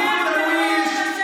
שלא יודעת מי זה צ'כוב.